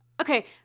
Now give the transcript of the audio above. Okay